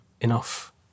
enough